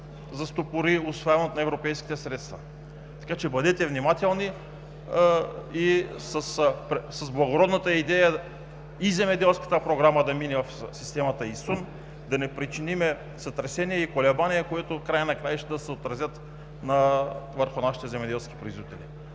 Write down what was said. защото лично знам, че не е лесно. Така че бъдете внимателни с благородната идея и земеделската програма да мине в системата ИСУН, да не причиним сътресения и колебания, които в края на краищата ще се отразят върху нашите земеделски производители!